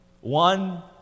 One